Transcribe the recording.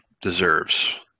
deserves